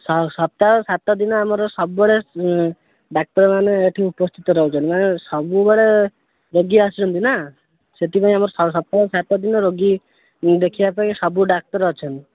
ସପ୍ତାହ ସାତଦିନ ଆମର ସବୁବେଳେ ଡାକ୍ତରମାନେ ଏଠି ଉପସ୍ଥିତ ରହୁଛନ୍ତି ସବୁବେଳେ ରୋଗୀ ଆସୁଛନ୍ତି ନା ସେଥିପାଇଁ ଆମର ସପ୍ତାହ ସାତଦିନ ରୋଗୀ ଦେଖିବା ପାଇଁ ସଵୁ ଡାକ୍ତର ଅଛନ୍ତି